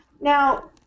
Now